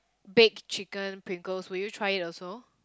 baked chicken Pringles will you try it also